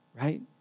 Right